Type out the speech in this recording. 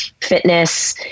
fitness